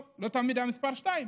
טוב, לא תמיד הוא היה מס' 2,